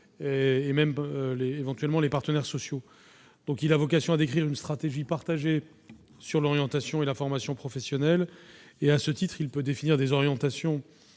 et même, éventuellement, les partenaires sociaux. Il a vocation à décrire une stratégie partagée sur l'orientation et la formation professionnelles. À ce titre, il peut définir des orientations